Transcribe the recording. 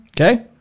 Okay